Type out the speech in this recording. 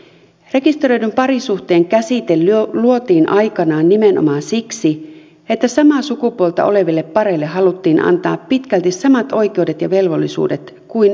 rekisteröidyn parisuhteen käsite luotiin aikanaan nimenomaan siksi että samaa sukupuolta oleville pareille haluttiin antaa pitkälti samat oikeudet ja velvollisuudet kuin aviopareille